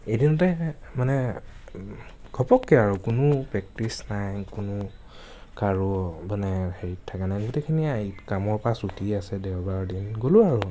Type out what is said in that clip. এদিনতে মানে ঘপককৈ আৰু কোনো প্ৰেক্টিচ নাই কোনো কাৰো মানে হেৰিত থকা নাই গোটেইখিনিয়ে আহিল কামৰপৰা চুটি আছে দেওবাৰৰ দিন গ'লো আৰু